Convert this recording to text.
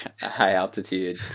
high-altitude